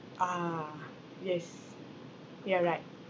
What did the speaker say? ah yes ya right